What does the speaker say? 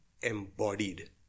embodied